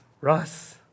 Russ